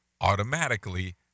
automatically